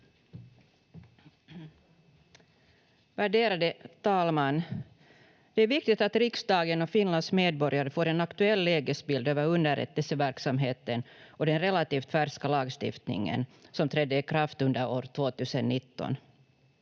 Värderade talman! Det är viktigt att riksdagen och Finlands medborgare får en aktuell lägesbild över underrättelseverksamheten och den relativt färska lagstiftningen som trädde i kraft under år 2019.